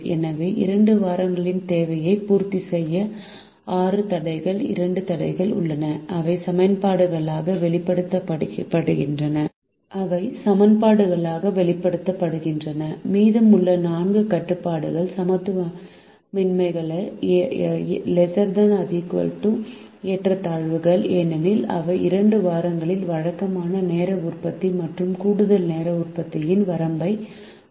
எனவே 2 வாரங்களின் தேவையை பூர்த்தி செய்ய 6 தடைகள் 2 தடைகள் உள்ளன அவை சமன்பாடுகளாக வெளிப்படுத்தப்படுகின்றன மீதமுள்ள 4 கட்டுப்பாடுகள் சமத்துவமின்மைகள் ≤ ஏற்றத்தாழ்வுகள் ஏனெனில் அவை 2 வாரங்களில் வழக்கமான நேர உற்பத்தி மற்றும் கூடுதல் நேர உற்பத்தியின் வரம்பைக் குறிக்கின்றன